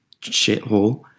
shithole